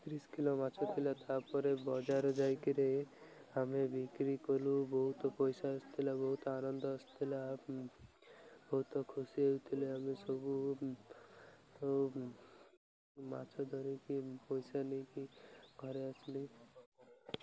ତିରିଶ କିଲୋ ମାଛ ଥିଲା ତା'ପରେ ବଜାର ଯାଇକରି ଆମେ ବିକ୍ରି କଲୁ ବହୁତ ପଇସା ଆସିଥିଲା ବହୁତ ଆନନ୍ଦ ଆସିୁଥିଲା ବହୁତ ଖୁସି ହେଉଥିଲେ ଆମେ ସବୁ ମାଛ ଧରିକି ପଇସା ନେଇକି ଘରେ ଆସିଲି